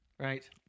Right